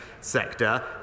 sector